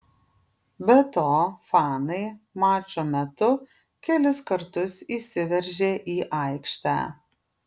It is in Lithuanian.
be to fanai mačo metu kelis kartus įsiveržė į aikštę